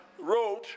wrote